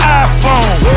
iPhone